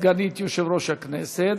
סגנית יושב-ראש הכנסת,